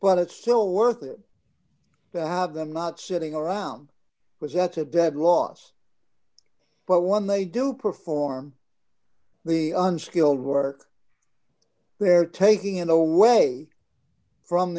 but it's still worth it have them not sitting around was at a dead loss but when they do perform the unskilled work they're taking in away from